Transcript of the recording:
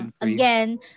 Again